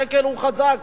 השקל הוא חזק,